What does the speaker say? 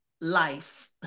life